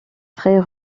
très